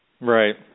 Right